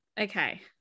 Okay